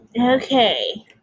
Okay